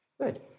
good